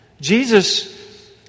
Jesus